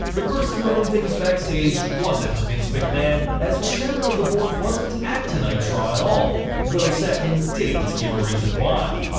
the person running things backstage wasn't vince mcmahon, as the chairman of the board wasn't at tonight's raw at all though satin didn't give a reason why.